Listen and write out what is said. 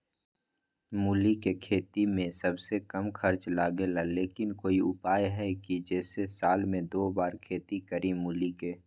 मूली के खेती में सबसे कम खर्च लगेला लेकिन कोई उपाय है कि जेसे साल में दो बार खेती करी मूली के?